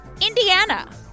Indiana